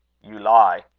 you lie,